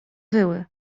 wyły